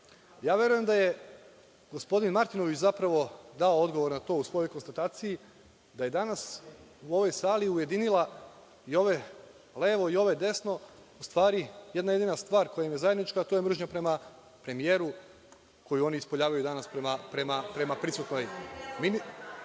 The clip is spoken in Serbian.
Ja verujem da je gospodin Martinović zapravo dao odgovor na to u svojoj konstataciji da je danas u ovoj sali ujedinila i ove levo i ove desno jedna jedina stvar, a koja im je zajednička, a to je mržnja prema premijeru koju oni ispoljavaju danas prema prisutnoj ministarki.